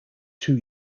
two